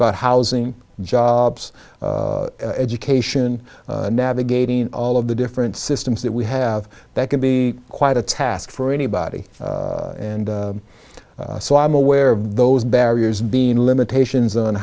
about housing jobs education navigating all of the different systems that we have that can be quite a task for anybody and so i'm aware of those barriers being limitations on